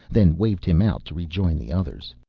then waved him out to rejoin the others.